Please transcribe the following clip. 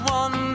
one